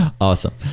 awesome